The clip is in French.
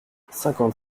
cinquante